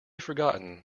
forgotten